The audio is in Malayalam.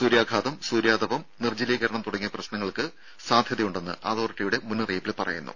സൂര്യാഘാതം സൂര്യാതപം നിർജ്ജലീകരണം തുടങ്ങിയ പ്രശ്നങ്ങൾക്ക് സാധ്യതയുണ്ടെന്ന് അതോറിറ്റിയുടെ മുന്നറിയിപ്പിൽ പറയുന്നു